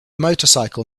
motorcycle